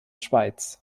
schweiz